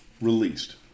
released